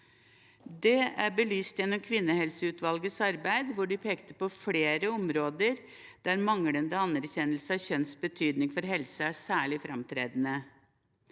Det er belyst gjennom kvinnehelseutvalgets arbeid, hvor de pekte på flere områder der manglende anerkjennelse av kjønns betydning for helse er særlig framtredende.